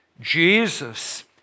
Jesus